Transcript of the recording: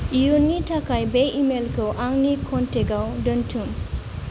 इयुननि थाखाय बे इमेलखौ आंनि कन्टेकआव दोन्थुम